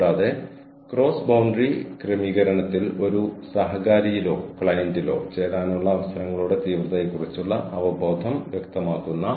പക്ഷേ ഭാവിയിൽ നിങ്ങളുടെ വീടിന്റെ സുഖസൌകര്യങ്ങളിൽ ഇരുന്നു ഈ പ്രഭാഷണങ്ങൾ ശ്രവിച്ചുകൊണ്ട് നിങ്ങൾക്ക് യഥാർത്ഥത്തിൽ ബിരുദം നേടാൻ കഴിയുമെങ്കിൽ ഞാൻ അത്ഭുതപ്പെടില്ല